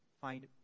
find